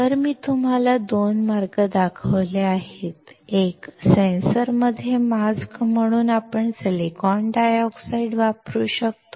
तर मी तुम्हाला २ मार्ग दाखवले आहेत एक सेन्सरमध्ये मास्क म्हणून आपण सिलिकॉन डायऑक्साइड वापरू शकतो